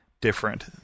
different